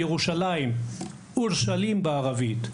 אוּרֻשַׁלִים בערבית,